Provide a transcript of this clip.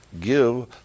give